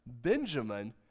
Benjamin